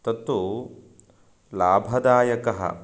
तत्तु लाभदायकः